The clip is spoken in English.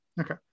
Okay